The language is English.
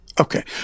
Okay